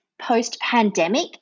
post-pandemic